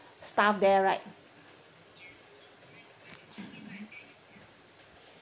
staff there right